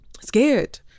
scared